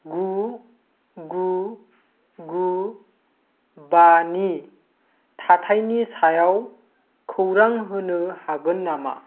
गु गु गु बानि थाइनि सायाव खौरां होनो हागोन नामा